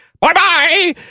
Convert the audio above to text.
Bye-bye